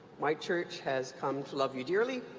my church has come to love you dearly,